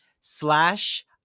slash